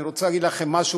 אני רוצה להגיד לכם משהו,